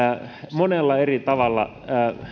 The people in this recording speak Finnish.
monella eri tavalla